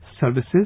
services